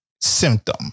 symptom